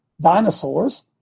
dinosaurs